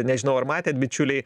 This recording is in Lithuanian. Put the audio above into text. nežinau ar matėt bičiuliai